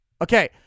Okay